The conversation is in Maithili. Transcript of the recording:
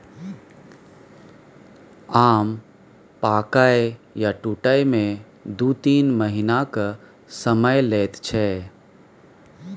आम पाकय आ टुटय मे दु तीन महीनाक समय लैत छै